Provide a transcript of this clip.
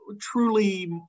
truly